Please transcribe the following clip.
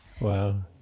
Wow